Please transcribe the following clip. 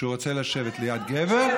שהוא רוצה לשבת ליד גבר,